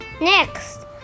Next